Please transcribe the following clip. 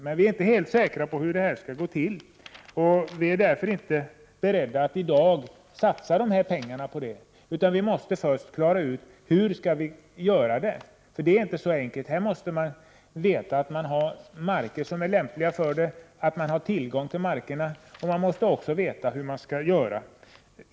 Men vi är inte helt säkra på hur det skall gå till. Därför är vi inte beredda att satsa pengar. Vi måste först klara ut hur vi skall gå till väga, för det är inte så enkelt. Man måste veta om markerna i fråga är lämpliga. Man måste ha tillgång till markerna, och man måste också veta hur man skall göra.